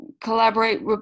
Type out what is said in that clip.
collaborate